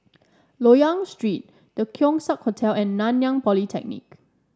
Loyang Street The Keong Saik Hotel and Nanyang Polytechnic